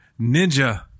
Ninja